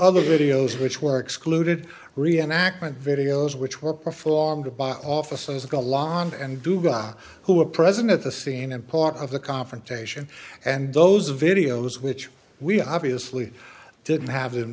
other videos which were excluded reenactment videos which were performed by officers go along and do ga who were present at the scene and part of the confrontation and those videos which we obviously didn't have them